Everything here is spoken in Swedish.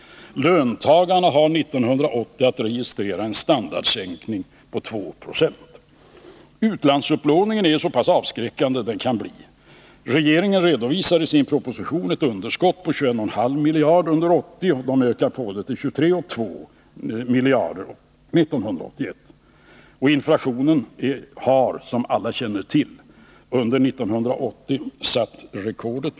Löntagarna har 1980 att registrera en standardsänkning på 22. ; Utlandsupplåningen är så avskräckande den kan bli. Regeringen redovisar i sin proposition ett underskott på 21,5 miljarder under 1980, och man ökar på det till 23,2 miljarder 1981. Inflationen har, som alla känner till, under året satt rekord.